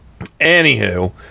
anywho